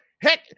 Heck